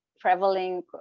traveling